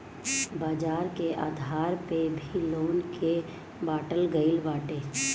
बाजार के आधार पअ भी लोन के बाटल गईल बाटे